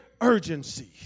urgency